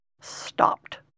stopped